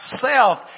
self